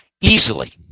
Easily